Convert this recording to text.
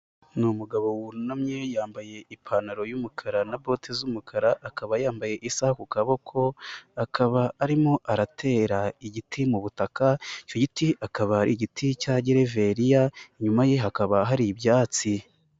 Ni umugabo wunamye, yambaye ipantaro y'umukara na bote z'umukara, akaba yambaye isaha ku kaboko, akaba arimo aratera igiti mu butaka, icyo giti akaba ari igiti cya givereveriya, inyuma ye hakaba hari ibyatsi.